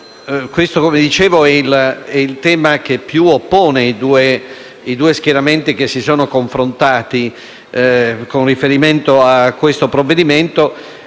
Questo è il tema che più oppone i due schieramenti che si sono confrontati con riferimento al provvedimento